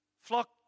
Flock